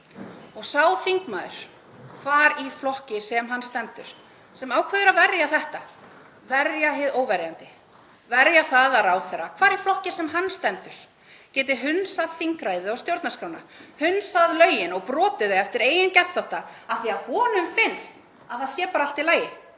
Sá þingmaður, hvar í flokki sem hann stendur, sem ákveður að verja þetta; verja hið óverjandi, verja það að ráðherra, hvar í flokki sem hann stendur, geti hunsað þingræðið og stjórnarskránna, hunsað lögin og brotið þau eftir eigin geðþótta af því að honum finnst að það sé bara allt í lagi